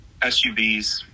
SUVs